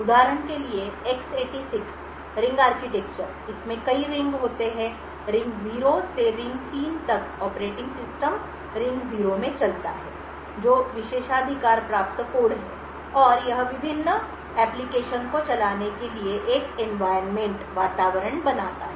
उदाहरण के लिए X86 रिंग आर्किटेक्चर इस में कई रिंग होते हैं रिंग 0 से रिंग 3 तक ऑपरेटिंग सिस्टम रिंग 0 में चलता है जो विशेषाधिकार प्राप्त कोड है और यह विभिन्न अनुप्रयोगों को चलाने के लिए एक वातावरण बनाता है